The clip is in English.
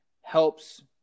helps